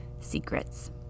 secrets